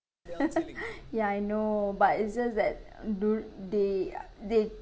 ya I know but it's just that du~ they uh they